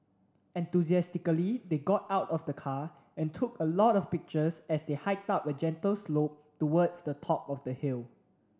enthusiastically they got out of the car and took a lot of pictures as they hiked up a gentle slope towards the top of the hill